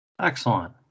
Excellent